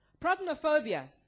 prognophobia